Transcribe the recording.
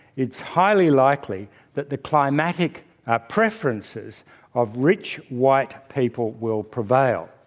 it's highly likely that the climactic preferences of rich, white people will prevail.